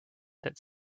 that